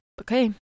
okay